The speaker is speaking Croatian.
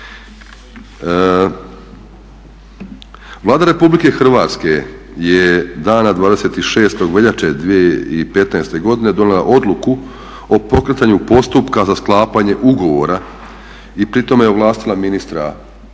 Vlada Republike Hrvatske je dana 26.veljače 2015. godine donijela odluku o pokretanju postupka za sklapanje ugovora i pri tome ovlastila ministra Mornara